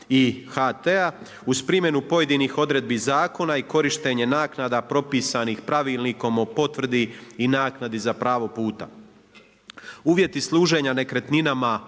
i HT-a uz primjenu pojedinih odredbi zakona i korištenje naknada propisanih Pravilnikom o potvrdi i naknadi za pravo puta. Uvjeti služenja nekretninama